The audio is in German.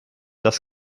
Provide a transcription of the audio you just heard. das